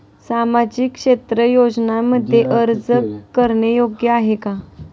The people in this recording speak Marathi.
सामाजिक क्षेत्र योजनांमध्ये अर्ज करणे योग्य आहे का?